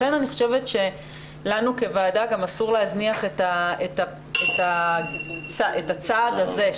לכן אני חושבת שלנו כוועדה גם אסור להזניח את הצד הזה,